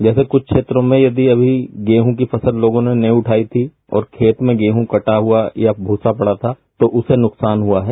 जैसे कुछ क्षेत्रों में अभी गेहूं की फसल लोगों ने नहीं रवाई थी खेत में गेहूं कटा हुआ था भूसा पड़ा था तो उसे नुकसान हुआ है